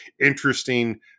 interesting